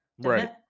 right